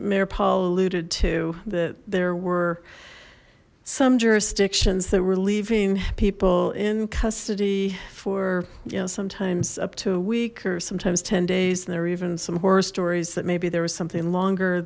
mayor paul alluded to that there were some jurisdictions that were leaving people in custody for you know sometimes up to a week or sometimes ten days and there were even some horror stories that maybe there was something longer